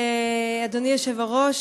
אדוני היושב-ראש,